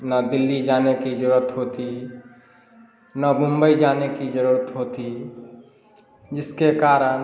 ना दिल्ली जाने की ज़रूरत होती ना मुंबई जाने की ज़रूरत होती जिसके कारण